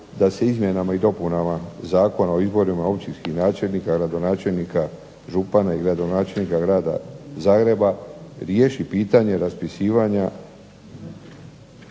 da se izmjenama i dopunama Zakona o izborima općinskih načelnika, gradonačelnika, župana i gradonačelnika grada Zagreba riješi pitanje raspisivanja